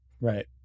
Right